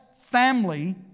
family